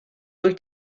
wyt